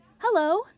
Hello